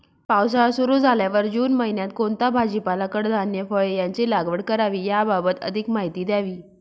पावसाळा सुरु झाल्यावर जून महिन्यात कोणता भाजीपाला, कडधान्य, फळे यांची लागवड करावी याबाबत अधिक माहिती द्यावी?